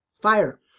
fire